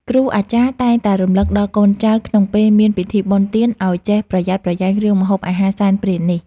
គ្រូអាចារ្យតែងតែរំលឹកដល់កូនចៅក្នុងពេលមានពិធីបុណ្យទានឱ្យចេះប្រយ័ត្នប្រយែងរឿងម្ហូបអាហារសែនព្រេននេះ។